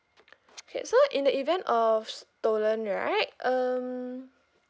K so in the event of stolen right um